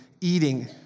eating